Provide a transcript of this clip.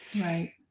Right